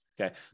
Okay